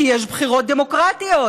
כי יש בחירות דמוקרטיות,